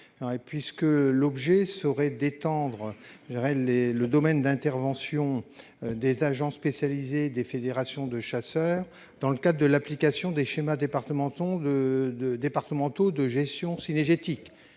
: il vise à étendre le domaine d'intervention des agents spécialisés des fédérations des chasseurs dans le cadre de l'application des schémas départementaux de gestion cynégétique,